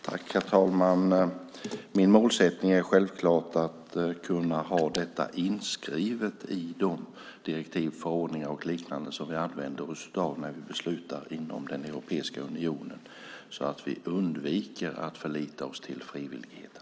Herr talman! Min målsättning är självklart att vi ska kunna ha detta inskrivet i de direktiv, förordningar och liknande som vi använder oss av när vi beslutar inom Europeiska unionen så att vi undviker att förlita oss till frivilligheten.